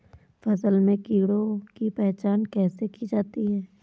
फसल में कीड़ों की पहचान कैसे की जाती है?